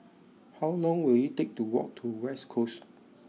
how long will it take to walk to West Coast